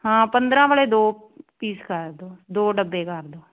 ਹਾਂ ਪੰਦਰਾਂ ਵਾਲੇ ਦੋ ਪੀਸ ਕਰ ਦਿਓ ਦੋ ਡੱਬੇ ਕਰ ਦਿਓ